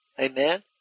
Amen